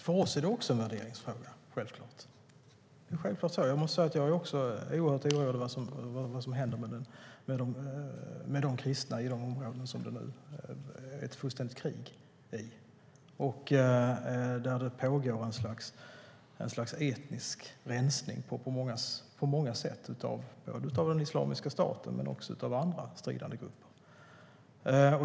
Herr talman! För oss är det självklart också en värderingsfråga. Jag måste säga att även jag är oerhört orolig över vad som händer med kristna i de områden där det nu är fullständigt krig och där det pågår ett slags etnisk rensning på många sätt, av Islamiska staten men också av andra stridande grupper.